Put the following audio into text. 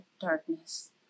darkness